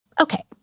Okay